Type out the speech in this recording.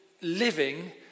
living